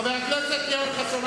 חבר הכנסת יואל חסון,